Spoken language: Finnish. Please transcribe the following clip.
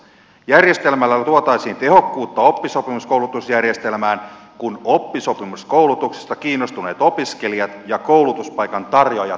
järjestelmällä luotaisiin tehokkuutta oppisopimuskoulutusjärjestelmään kun oppisopimuskoulutuksesta kiinnostuneet opiskelijat ja koulutuspaikan tarjoajat kohtaisivat helpommin